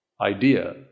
idea